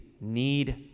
need